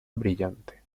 brillante